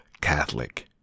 Catholic